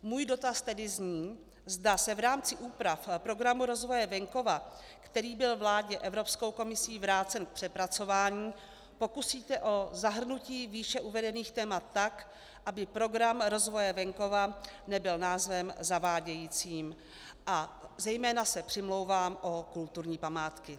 Můj dotaz tedy zní, zda se v rámci úprav Programu rozvoje venkova, který byl vládě Evropskou komisí vrácen k přepracování, pokusíte o zahrnutí výše uvedených témat tak, aby Program rozvoje venkova nebyl názvem zavádějícím, a zejména se přimlouvám o kulturní památky.